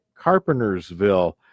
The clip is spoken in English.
Carpentersville